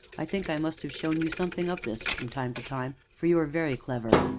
i think i must have shown you something of this, from time to time, for you are very clever,